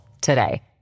today